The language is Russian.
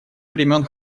времен